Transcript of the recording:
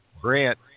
Grant